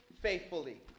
faithfully